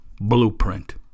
blueprint